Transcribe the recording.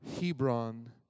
Hebron